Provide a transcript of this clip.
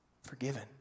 forgiven